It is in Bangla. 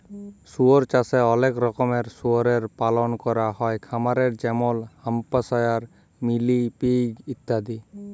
শুয়র চাষে অলেক রকমের শুয়রের পালল ক্যরা হ্যয় খামারে যেমল হ্যাম্পশায়ার, মিলি পিগ ইত্যাদি